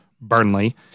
Burnley